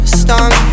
stung